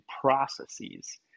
processes